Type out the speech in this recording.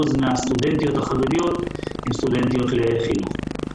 30% מן הסטודנטיות החרדיות הן סטודנטיות לחינוך.